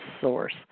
source